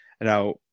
Now